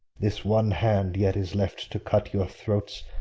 this one hand yet is left to cut your throats,